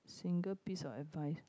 single piece of advice